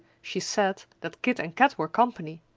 she said that kit and kat were company,